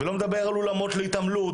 שלא נדבר על אולמות להתעמלות.